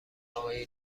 آقای